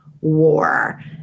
war